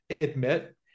admit